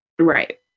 Right